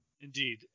Indeed